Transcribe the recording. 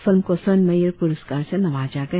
film को स्वर्ण मयूर पुरस्कार से नवाजा गया